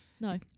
No